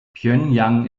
pjöngjang